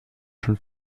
schon